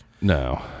No